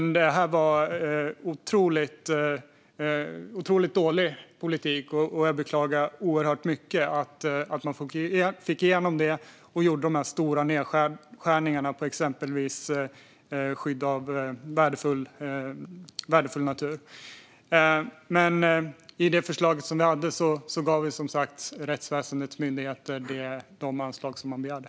Detta var otroligt dålig politik. Jag beklagar oerhört mycket att man fick igenom det och gjorde de stora nedskärningarna på exempelvis skydd av värdefull natur. Men i det förslag som vi hade gav vi som sagt rättsväsendets myndigheter de anslag som de begärde.